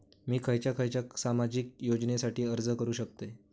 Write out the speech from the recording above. मी खयच्या खयच्या सामाजिक योजनेसाठी अर्ज करू शकतय?